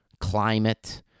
climate